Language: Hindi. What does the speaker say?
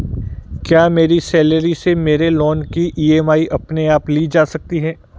क्या मेरी सैलरी से मेरे लोंन की ई.एम.आई अपने आप ली जा सकती है?